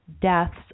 deaths